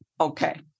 okay